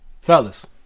Fellas